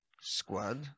squad